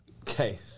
Okay